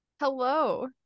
Hello